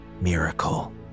miracle